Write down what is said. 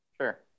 Sure